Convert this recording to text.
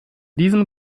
diesem